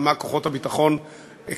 על איך שכוחות הביטחון פועלים,